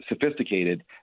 sophisticated